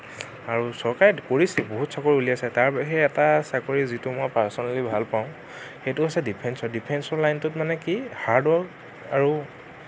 চৰকাৰে কৰিছে বহুত চাকৰি উলিয়াইছে তাৰ ভিতৰত এটা চাকৰি যিটো মই পাৰ্চনেলি ভাল পাওঁ সেইটো হৈছে ডিফেঞ্চৰ ডিফেঞ্চৰ লাইনটোত মই মানে কি হাৰ্ড ৱৰ্ক আৰু